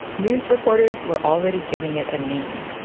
news reporters were already giving it a name.